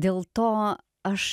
dėl to aš